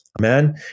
Amen